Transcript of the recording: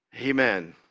Amen